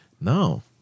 No